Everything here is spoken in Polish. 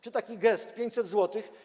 Czy taki gest 500 zł.